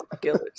killers